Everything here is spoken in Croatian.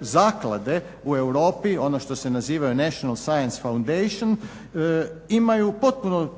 zaklade u Europi, ono što se naziva national science foundation imaju potpuno